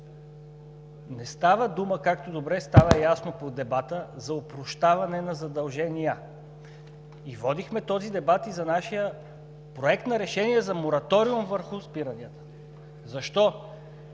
не става дума, както добре става ясно от дебата, за опрощаване на задължения. Водихме този дебат и при нашия Проект на решение за мораториум върху спирането. Защо?